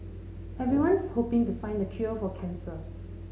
everyone's hoping to find the cure for cancer